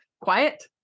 quiet